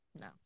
No